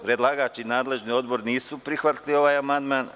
Predlagač i nadležni odbor nisu prihvatili ovaj amandman.